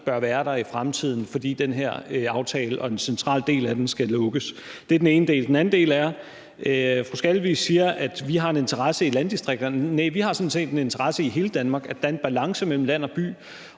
bør være der i fremtiden, fordi de i forbindelse med den her aftale skal lukkes. Det er den ene del. Den anden del er, at fru Sandra Elisabeth Skalvig siger, at vi har en interesse i landdistrikterne. Nej, vi har sådan set en interesse i hele Danmark, altså at der er en balance mellem land og by,